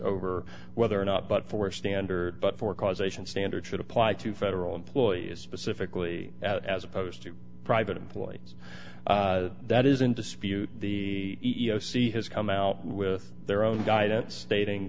over whether or not but for a standard but for causation standards should apply to federal employees specifically as opposed to private employees that is in dispute the sea has come out with their own guidance stating